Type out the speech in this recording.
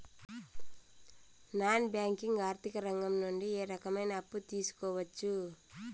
Non banking ఆర్థిక రంగం నుండి ఏ రకమైన అప్పు తీసుకోవచ్చు?